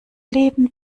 leben